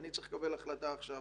אני צריך קבל החלטה עכשיו